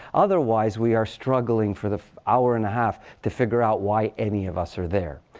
otherwise, we are struggling for the hour and a half to figure out why any of us are there.